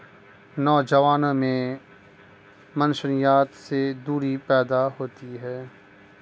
نوجوانوں میں منشیات سے دوری پیدا ہوتی ہے